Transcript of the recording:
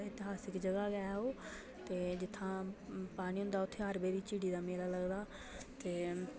इतिहसक जगह् गै ऐ ओह्ते जित्थै पानी होंदे उत्थै हर बारी झिड़ी दा मेला लगदा ते